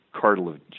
cartilage